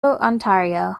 ontario